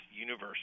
universe